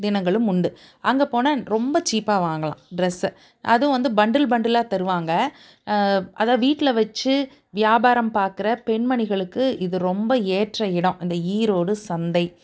தினங்களும் உண்டு அங்கே போனால் ரொம்ப சீப்பாக வாங்கலாம் ட்ரஸ்ஸு அதுவும் வந்து பண்டில் பண்டிலாக தருவாங்க அதாவது வீட்டில் வச்சு வியாபாரம் பார்க்குற பெண்மணிகளுக்கு இது ரொம்ப ஏற்ற இடம் அந்த ஈரோடு சந்தை